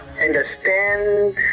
understand